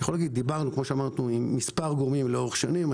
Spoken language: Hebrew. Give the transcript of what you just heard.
דיברנו עם מספר גורמים לאורך השנים.